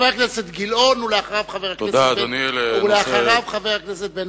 חבר הכנסת גילאון, ואחריו, חבר הכנסת בן-ארי.